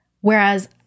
Whereas